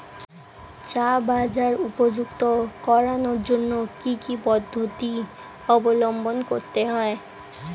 চা বাজার উপযুক্ত করানোর জন্য কি কি পদ্ধতি অবলম্বন করতে হয়?